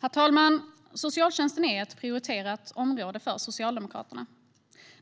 Herr talman! Socialtjänsten är ett prioriterat område för Socialdemokraterna.